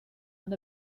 and